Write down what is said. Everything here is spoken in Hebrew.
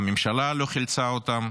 הממשלה לא חילצה אותם,